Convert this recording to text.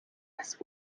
last